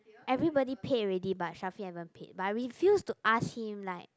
everyone pay already but Shafiq haven't pay but I refuse to ask him like